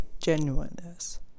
genuineness